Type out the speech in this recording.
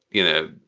you know,